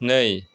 नै